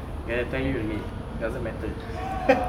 there I tell you already doesn't matter